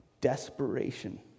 desperation